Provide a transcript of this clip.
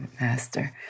Master